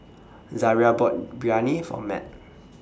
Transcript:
Zariah bought Biryani For Mat